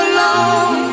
Alone